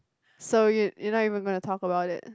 so you you not even gonna talk about it